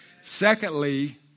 Secondly